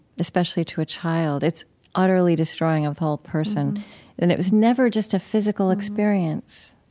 especially to a child, it's utterly destroying a whole person and it was never just a physical experience